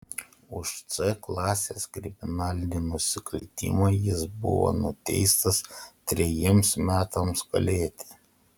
už c klasės kriminalinį nusikaltimą jis buvo nuteistas trejiems metams kalėti